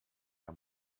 der